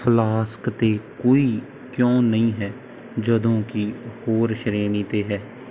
flask 'ਤੇ ਕੋਈ ਕਿਉਂ ਨਹੀਂ ਹੈ ਜਦੋਂ ਕਿ ਹੋਰ ਸ਼੍ਰੇਣੀ 'ਤੇ ਹੈ